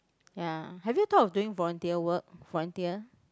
ya have you thought of doing volunteer work volunteer